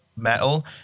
Metal